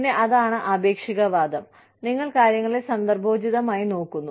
പിന്നെ അതാണ് ആപേക്ഷികവാദം നിങ്ങൾ കാര്യങ്ങളെ സന്ദർഭോചിതമായി നോക്കുന്നു